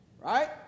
right